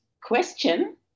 question